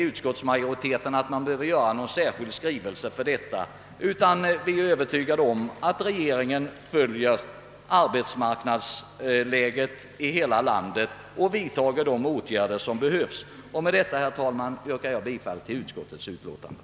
Utskottsmajoriteten tror inte att det behövs någon särskild skrivelse för detta ändamål utan är övertygad om att regeringen följer arbetsläget i hela landet och vidtar nödvändiga åtgärder. Herr talman! Med dessa ord ber jag få yrka bifall till utskottets hemställan.